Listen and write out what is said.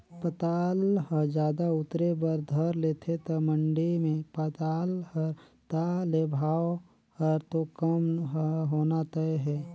पताल ह जादा उतरे बर धर लेथे त मंडी मे पताल हर ताह ले भाव हर तो कम ह होना तय हे